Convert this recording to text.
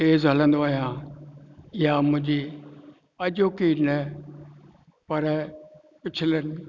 तेज़ु हलंदो आहियां इहा मुंहिंजी अॼोकी न पर पिछलनि